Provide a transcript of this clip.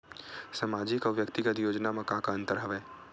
सामाजिक अउ व्यक्तिगत योजना म का का अंतर हवय?